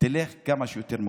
תלך כמה שיותר מוקדם.